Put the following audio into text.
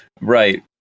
right